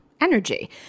energy